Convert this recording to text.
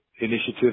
initiative